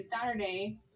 Saturday